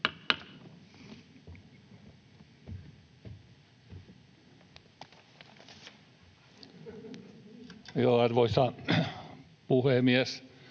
Arvoisa puhemies!